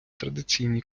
традиційні